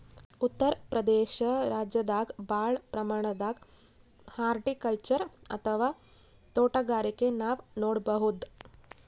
ಉತ್ತರ್ ಪ್ರದೇಶ ರಾಜ್ಯದಾಗ್ ಭಾಳ್ ಪ್ರಮಾಣದಾಗ್ ಹಾರ್ಟಿಕಲ್ಚರ್ ಅಥವಾ ತೋಟಗಾರಿಕೆ ನಾವ್ ನೋಡ್ಬಹುದ್